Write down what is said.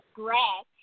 grass